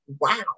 wow